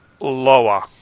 Lower